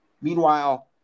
Meanwhile